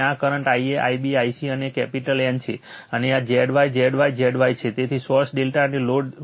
અને આ current Ia Ib Ic અને આ કેપિટલ N છે અને આ Zy Zy Zy છે સોર્સ ∆ અને લોડ y છે